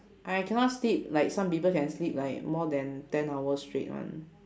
I cannot sleep like some people can sleep like more than ten hours straight [one]